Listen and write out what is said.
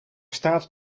staat